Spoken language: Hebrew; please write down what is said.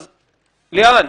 אז לאן?